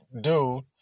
dude